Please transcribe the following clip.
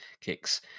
kicks